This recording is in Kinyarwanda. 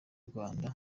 rwanda